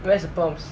where's the prompts